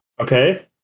Okay